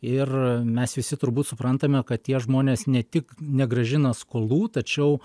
ir mes visi turbūt suprantame kad tie žmonės ne tik negrąžina skolų tačiau